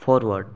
forward